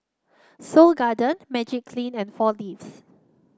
Seoul Garden Magiclean and Four Leaves